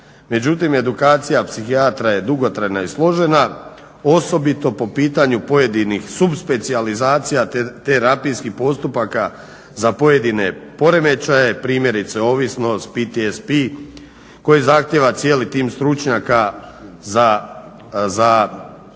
Međutim, edukacija psihijatra je dugotrajna i složena, osobito po pitanju pojedinih subspecijalizacija te rapidskih postupaka za pojedine poremećaje, primjerice ovisnost, PTSP koji zahtijeva cijeli tim stručnjaka za relativno